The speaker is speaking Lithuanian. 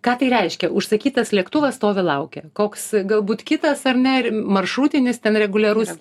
ką tai reiškia užsakytas lėktuvas stovi laukia koks galbūt kitas ar ne maršrutinis ten reguliarus